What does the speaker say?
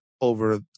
over